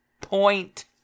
point